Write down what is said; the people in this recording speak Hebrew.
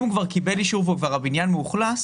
אם הוא כבר קיבל אישור והבניין מאוכלס